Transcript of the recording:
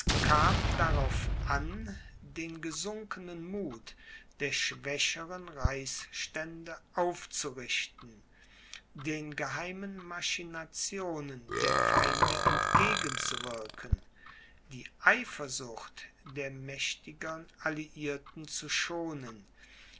kam darauf an den gesunkenen muth der schwächeren reichsstände aufzurichten den geheimen machinationen der feinde entgegen zu wirken die eifersucht der mächtigern alliierten zu schonen